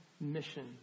mission